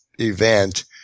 event